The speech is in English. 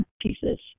pieces